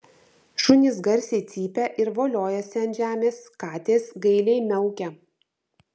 šunys garsiai cypia ir voliojasi ant žemės katės gailiai miaukia